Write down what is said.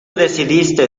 decidiste